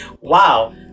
Wow